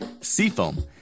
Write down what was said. Seafoam